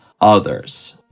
others